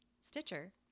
Stitcher